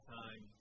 time